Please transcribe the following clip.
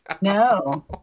No